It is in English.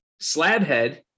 Slabhead